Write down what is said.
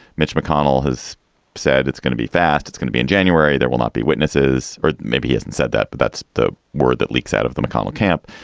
mitch mcconnell has said it's gonna be fast. it's gonna be in january. there will not be witnesses or maybe he hasn't said that. but that's the word that leaks out of the mcconnell camp.